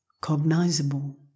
cognizable